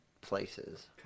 places